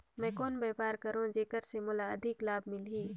मैं कौन व्यापार करो जेकर से मोला अधिक लाभ मिलही?